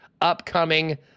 upcoming